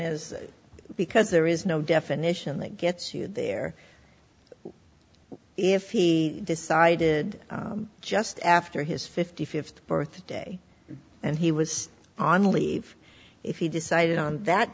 is because there is no definition that gets you there if he decided just after his fifty fifth birthday and he was on leave if he decided on that